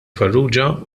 farrugia